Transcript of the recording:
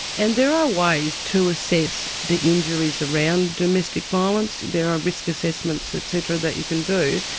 and there are ways to assess the injuries around domestic violence there are risk assessments et cetera that you can do,